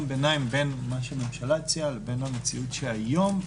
ביניים בין מה שהממשלה הציעה למציאות שהיום.